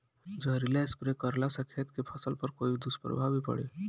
जहरीला स्प्रे करला से खेत के फसल पर कोई दुष्प्रभाव भी पड़ी?